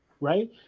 Right